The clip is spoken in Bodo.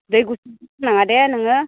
दै गुसु लोंनाङा दे नोङो